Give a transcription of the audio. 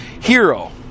hero